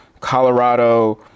Colorado